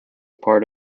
part